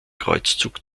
kreuzzug